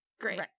Great